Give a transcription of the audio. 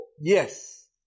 Yes